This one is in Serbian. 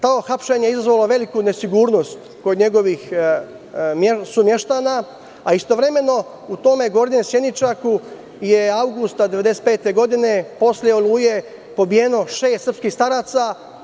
To hapšenje izazvalo je veliku nesigurnost kod njegovih sumještana, a istovremeno je u tom Gornjem Sjeničaku je avgusta 1995. godine, posle „Oluje“, pobijeno šest srpskih staraca.